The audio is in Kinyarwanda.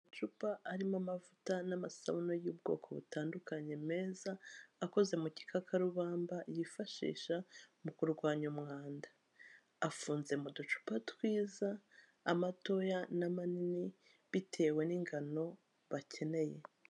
Amacupa arimo amavuta n'amasabune y'ubwoko butandukanye meza akoze mu gikakarubamba, yifashisha mu kurwanya umwanda, afunze mu ducupa twiza amatoya n'amanini bitewe n'ingano bakeneye.